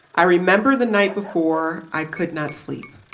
i remember the night before, i could not sleep.